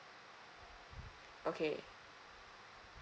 okay